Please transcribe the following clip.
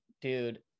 dude